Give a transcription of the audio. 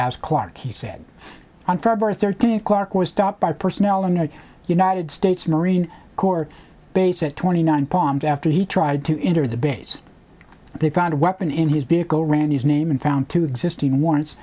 as clark he said on farber thirteen clark was stopped by personnel in the united states marine corps base at twenty nine palms after he tried to enter the base they found a weapon in his vehicle ran his name and found two existing warrants